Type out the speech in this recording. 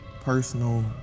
personal